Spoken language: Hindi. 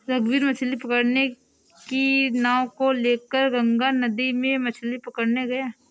रघुवीर मछ्ली पकड़ने की नाव को लेकर गंगा नदी में मछ्ली पकड़ने गया